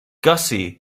gussie